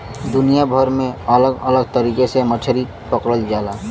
दुनिया भर में अलग अलग तरीका से मछरी पकड़ल जाला